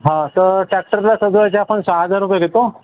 हा तर टॅक्टरला सजवायचे आपण सहा हजार रुपये घेतो